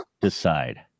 decide